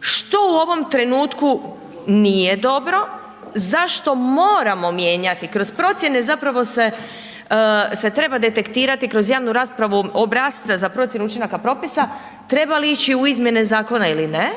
što u ovom trenutku nije dobro, zašto moramo mijenjati, kroz procjene zapravo se treba detektirati kroz javnu raspravu obrasce za procjenu učinaka propisa, treba li ići u izmjene zakona ili ne,